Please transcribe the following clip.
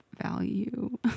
value